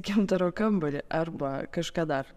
gintaro kambarį arba kažką dar